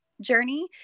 journey